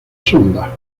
sonda